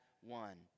one